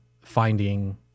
finding